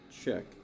check